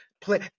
play